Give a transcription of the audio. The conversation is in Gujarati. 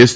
એસ